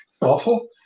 Awful